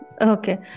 Okay